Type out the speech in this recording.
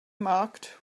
marked